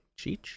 Cheech